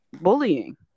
bullying